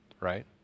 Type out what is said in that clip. Right